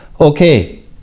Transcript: Okay